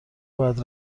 باید